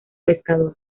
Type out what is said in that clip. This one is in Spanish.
pescador